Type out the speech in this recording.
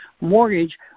mortgage